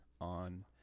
on